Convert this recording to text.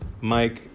Mike